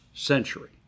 century